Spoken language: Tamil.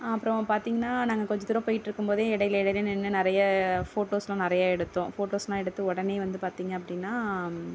அப்புறம் பார்த்திங்கன்னா நாங்கள் கொஞ்ச தூரம் போயிட்டுருக்கும் போதே இடையில இடையில நின்று நிறைய ஃபோட்டோஸ்லாம் நிறையா எடுத்தோம் ஃபோட்டோஸ்லாம் எடுத்து உடனே வந்து பார்த்திங்க அப்படினா